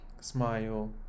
smile